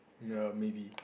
ya maybe